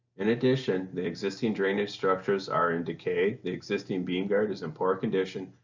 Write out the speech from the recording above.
in addition, the existing drainage structures are in decay, the existing beam guard is in poor condition,